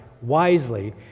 wisely